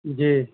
جی